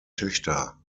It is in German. töchter